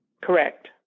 Correct